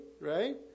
right